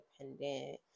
independent